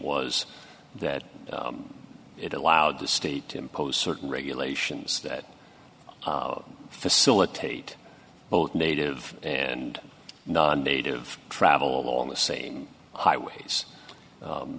was that it allowed the state to impose certain regulations that facilitate both native and non native travel on the same highways